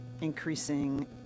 increasing